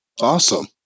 Awesome